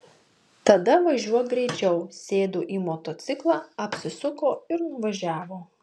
tada važiuok greičiau sėdo į motociklą apsisuko ir nuvažiavo